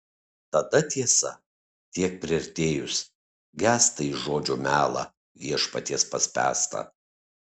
tada tiesa tiek priartėjus gęsta į žodžio melą viešpaties paspęstą